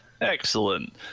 Excellent